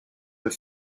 but